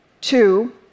Two